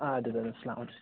اَدٕ حظ اَدٕ حظ سلام حظ